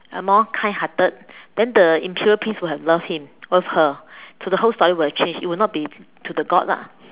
a more kind hearted then the imperial prince will loved him loved her then the whole story will change it will not be to the god lah